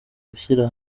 gushyira